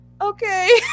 okay